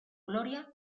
gloria